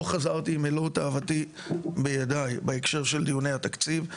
לא חזרתי עם מלוא תאוותי בידיי בהקשר של דיוני התקציב.